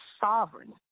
sovereign